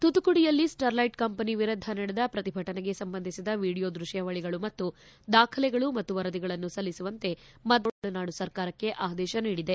ತೂತುಕುಡಿಯಲ್ಲಿ Sterlite company ವಿರುದ್ದ ನಡೆದ ಪ್ರತಿಭಟನೆಗೆ ಸಂಬಂಧಿಸಿದ ವಿಡಿಯೋ ದೃಶ್ಯಾವಳಿಗಳು ಮತ್ತು ದಾಖಲೆಗಳು ಮತ್ತು ವರದಿಯನ್ನು ಸಲ್ಲಿಸುವಂತೆ ಮದ್ರಾಸ್ ಪೈಕೋರ್ಟ್ ತಮಿಳುನಾಡು ಸರ್ಕಾರಕ್ಕೆ ಆದೇಶ ನೀಡಿದೆ